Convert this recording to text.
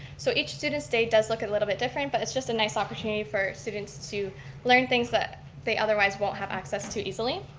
so each student's day does look a little bit different, but it's just a nice opportunity for students to learn things that they otherwise won't have access to easily.